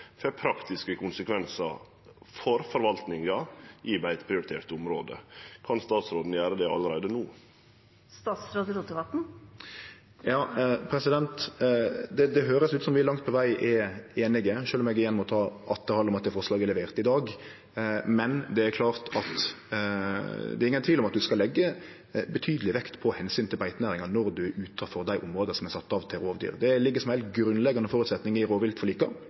får praktiske konsekvensar for forvaltninga i beiteprioriterte område. Kan statsråden gjere det allereie no? Det høyrest ut som vi langt på veg er einige, sjølv om eg igjen må ta atterhald om at det forslaget er levert i dag, men det er ingen tvil om at ein skal leggje betydeleg vekt på omsynet til beitenæringa når ein er utanfor dei områda som er sette av til rovdyr. Det ligg som ein heilt grunnleggjande føresetnad i